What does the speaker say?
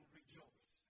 rejoice